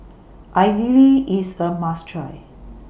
Idili IS A must Try